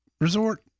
resort